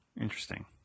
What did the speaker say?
Interesting